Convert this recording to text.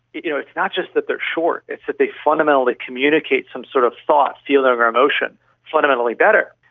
you know it's not just that they're short, it's that they fundamentally communicate some sort of thought, feeling or emotion fundamentally better.